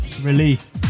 release